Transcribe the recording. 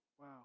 Wow